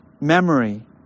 memory